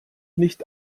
nicht